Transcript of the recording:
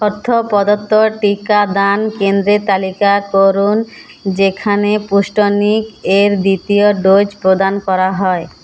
অর্থ প্রদত্ত টিকাদান কেন্দ্রের তালিকা করুন যেখানে পুষ্টনিকের দ্বিতীয় ডোজ প্রদান করা হয়